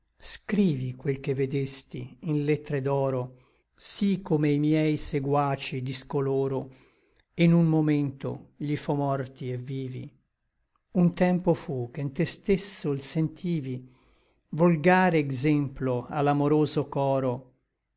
scrivi quel che vedesti in lettre d'oro sí come i miei seguaci discoloro e n un momento gli fo morti et vivi un tempo fu che n te stesso l sentivi volgare exemplo a l'amoroso choro